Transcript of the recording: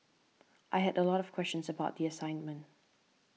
I had a lot of questions about the assignment